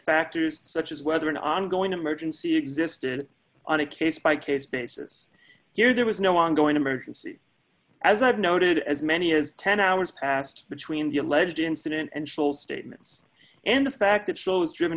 factors such as whether an ongoing emergency existed on a case by case basis here there was no ongoing american see as i've noted as many as ten hours passed between the alleged incident and chill statements and the fact that shows driven